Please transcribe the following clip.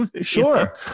Sure